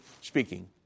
speaking